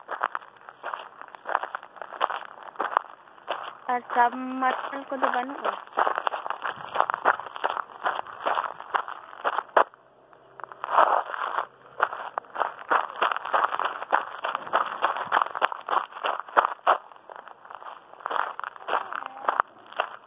ᱟᱨ submersible ᱠᱚᱫᱚ ᱵᱟᱹᱱᱩᱜᱼᱟ